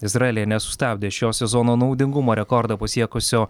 izraelyje nesustabdė šio sezono naudingumo rekordą pasiekusio